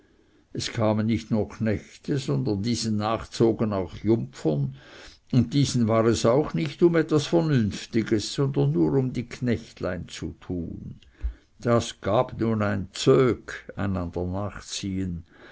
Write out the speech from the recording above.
es kamen nicht nur knechte sondern diesen nach zogen auch jumpfern und diesen war es auch nicht um etwas vernünftiges sondern nur um die knechtlein zu tun das gab nun ein zök